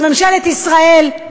אז ממשלת ישראל,